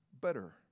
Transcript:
better